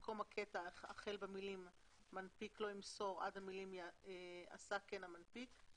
במקום הקטע החל במילים "מנפיק לא ימסור" עד המילים "עשה כן המנפיק",